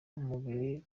umubiri